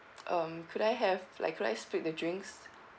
um could I have like could I split the drinks